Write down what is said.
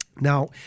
Now